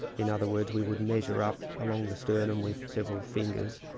in other words we would measure up along the sternum with several fingers,